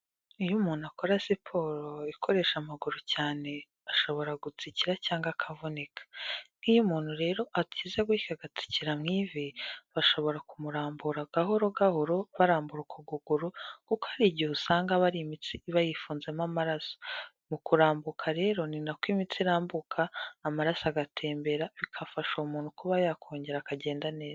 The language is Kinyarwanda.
Iyo umuntu akora siporo ikoresha amaguru cyane ashobora gutsikira cyangwa akavunika, nk'iyo umuntu rero agize gutya agatsikira mu ivi bashobora kumurambura gahoro gahoro barambura uko kuguru kuko hari igihe usanga aba ari imitsi iba yifunzemo amaraso, mu kurambuka rero ni nako imitsi irambuka, amaraso agatembera bigafasha uwo muntu kuba yakongera akagenda neza.